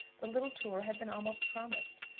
the little tour had been almost promised.